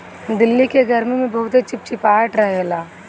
दिल्ली के गरमी में बहुते चिपचिपाहट रहेला